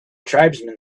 tribesman